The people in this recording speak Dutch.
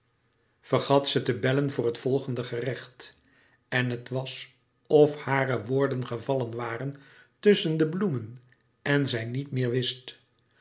vergat ze te bellen voor het volgende gerecht en het was of hare woorden gevallen waren tusschen de bloemen en zij niet meer wist